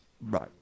right